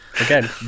Again